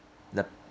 the